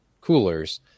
coolers